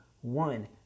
one